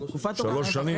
שלוש שנים?